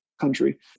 country